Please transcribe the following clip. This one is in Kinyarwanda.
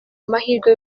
amahirwe